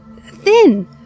Thin